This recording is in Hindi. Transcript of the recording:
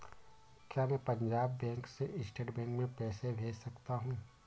क्या मैं पंजाब बैंक से स्टेट बैंक में पैसे भेज सकता हूँ?